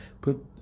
put